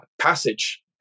passage